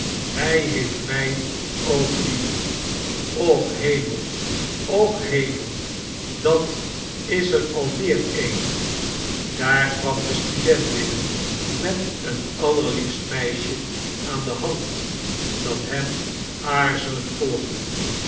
hij heeft mij ook lief och hemel ooh hemel dat is er alweer een daar kwam de student binnen met een allerliefst meisje aan de hand dat hem aarzelend volgde